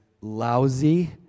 lousy